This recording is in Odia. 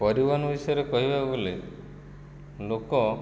ପରିବହନ ବିଷୟରେ କହିବାକୁ ଗଲେ ଲୋକ